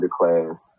underclass